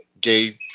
gay